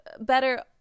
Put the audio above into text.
better